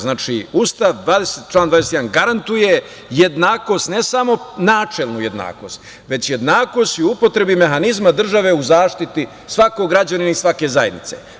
Znači, Ustav, član 21. garantuje jednakost, ne samo načelnu jednakost, već jednakost i u upotrebi mehanizma države u zaštiti svakog građanina i svake zajednice.